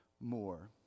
more